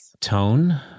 tone